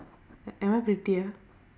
am I prettier